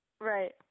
Right